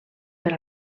per